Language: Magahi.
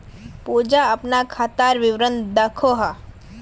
पूजा अपना खातार विवरण दखोह